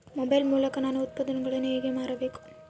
Mobile ಮೂಲಕ ನಾನು ಉತ್ಪನ್ನಗಳನ್ನು ಹೇಗೆ ಮಾರಬೇಕು?